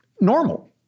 normal